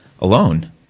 alone